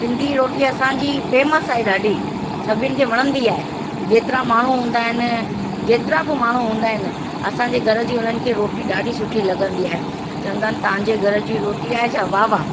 सिंधी रोटी असांजी फेमस आहे ॾाढी सभिनि खे वणंदी आहे जेतिरा माण्हू हूंदा आहिनि जेतिरा बि माण्हू हूंदा आहिनि असांजे घर जी उन्हनि खे रोटी ॾाढी सुठी लॻंदी आहे चवंदा आहिनि तव्हांजे घर जी रोटी आहे छा वाह वाह